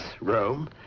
Rome